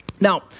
Now